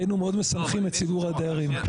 היינו משמחים מאוד את ציבור הדיירים.